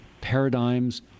paradigms